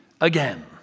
again